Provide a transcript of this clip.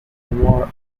war